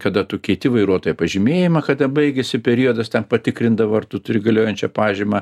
kada tu keiti vairuotojo pažymėjimą kada baigėsi periodas ten patikrindavo ar tu turi galiojančią pažymą